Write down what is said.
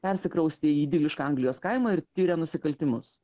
persikraustė į idilišką anglijos kaimą ir tiria nusikaltimus